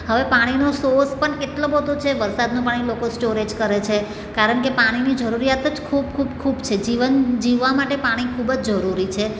હવે પાણીનો સોર્સ પણ કેટલો બધો છે વરસાદનું પાણી લોકો સ્ટોરેજ કરે છે કારણ કે પાણીની જરૂરિયાત જ ખૂબ ખૂબ ખૂબ છે જીવન જીવવા માટે પાણી ખૂબ જ જરૂરી છે